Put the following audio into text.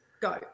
go